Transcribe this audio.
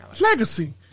Legacy